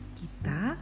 kita